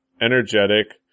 energetic